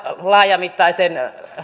laajamittaisen